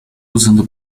usando